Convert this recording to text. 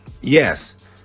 Yes